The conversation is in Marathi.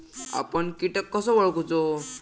आपन कीटक कसो ओळखूचो?